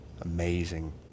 amazing